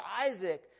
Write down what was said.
Isaac